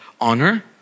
honor